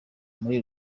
muri